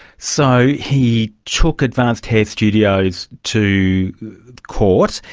so he took advanced hair studios to court.